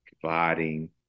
providing